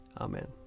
Amen